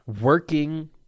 working